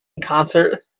Concert